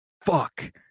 Fuck